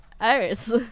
Iris